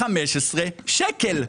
15 שקל.